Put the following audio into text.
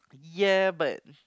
ya but